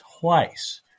twice